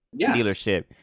dealership